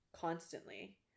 constantly